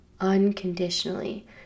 unconditionally